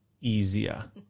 easier